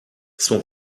son